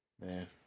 Man